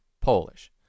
Polish